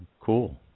cool